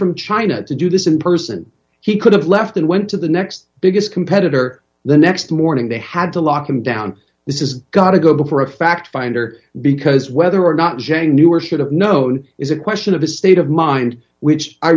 from china to do this in person he could have left and went to the next biggest competitor the next morning they had to lock him down this is got to go before a fact finder because whether or not jay knew were should have known is a question of a state of mind which i